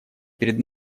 перед